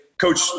coach